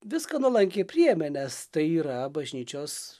viską nuolankiai priėmė nes tai yra bažnyčios